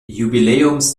jubiläums